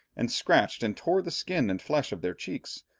and scratched and tore the skin and flesh of their cheeks,